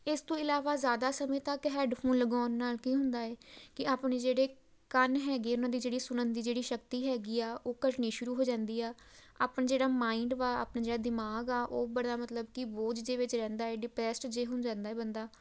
ਇਸ ਤੋਂ ਇਲਾਵਾ ਜ਼ਿਆਦਾ ਸਮੇਂ ਤੱਕ ਹੈੱਡਫੋਨ ਲਗਾਉਣ ਨਾਲ ਕੀ ਹੁੰਦਾ ਹੈ ਕਿ ਆਪਣੇ ਜਿਹੜੇ ਕੰਨ ਹੈਗੇ ਉਹਨਾਂ ਦੀ ਜਿਹੜੀ ਸੁਣਨ ਦੀ ਜਿਹੜੀ ਸ਼ਕਤੀ ਹੈਗੀ ਆ ਉਹ ਘਟਣੀ ਸ਼ੁਰੂ ਹੋ ਜਾਂਦੀ ਆ ਆਪਣਾ ਜਿਹੜਾ ਮਾਇੰਡ ਵਾ ਆਪਣਾ ਜਿਹੜਾ ਦਿਮਾਗ ਆ ਉਹ ਬੜਾ ਮਤਲਬ ਕਿ ਬੋਝ ਜਿਹੇ ਵਿੱਚ ਰਹਿੰਦਾ ਹੈ ਡਿਪਰੈੱਸ ਜਿਹਾ ਹੋ ਜਾਂਦਾ ਹੈ ਬੰਦਾ